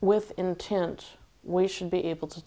with intent we should be able to